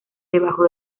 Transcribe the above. debajo